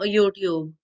Youtube